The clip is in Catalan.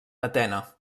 atena